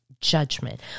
judgment